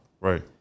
Right